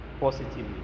positively